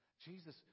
Jesus